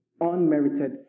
Unmerited